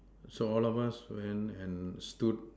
so all of us went and stood